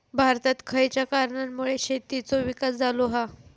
भारतात खयच्या कारणांमुळे शेतीचो विकास झालो हा?